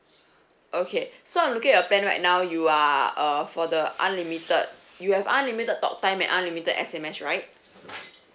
okay so I'm looking at your plan right now you are uh for the unlimited you have unlimited talk time and unlimited S_M_S right